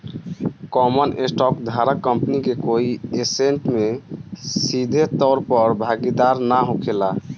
common stock धारक company के कोई ऐसेट में सीधे तौर पर भागीदार ना होखेला